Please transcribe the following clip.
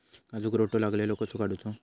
काजूक रोटो लागलेलो कसो काडूचो?